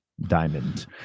diamond